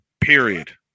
period